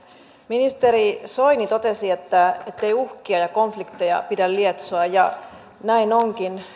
ministeri soini totesi ettei uhkia ja konflikteja pidä lietsoa ja näin onkin